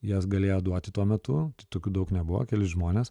jas galėjo duoti tuo metu tokių daug nebuvo keli žmonės